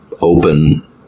open